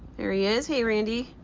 there he is, hey randy.